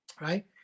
right